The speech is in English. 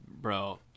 bro